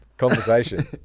conversation